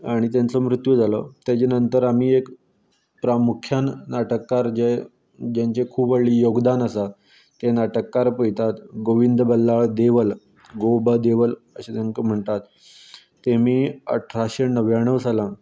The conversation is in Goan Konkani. आनी तेंचो मृत्यू जालो तेज्या नंतर आमी एक प्रामुख्यान नाटककार जे जेंचें खूब व्हडलें योगदान आसा तें नाटककार पळयतात गोविंद बल्लाळ देवल गो ब देवळ अशें तेकां म्हणटात तेमी अठराशे णव्याणव सालान